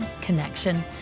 connection